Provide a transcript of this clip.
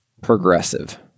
Progressive